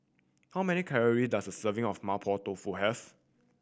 how many calorie does a serving of Mapo Tofu have